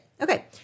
Okay